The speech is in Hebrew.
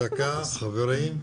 דקה חברים,